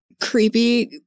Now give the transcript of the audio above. creepy